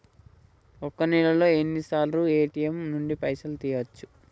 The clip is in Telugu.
ఒక్క నెలలో ఎన్నిసార్లు ఏ.టి.ఎమ్ నుండి పైసలు తీయచ్చు?